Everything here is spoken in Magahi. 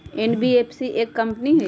एन.बी.एफ.सी एक कंपनी हई?